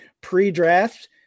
pre-draft